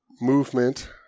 movement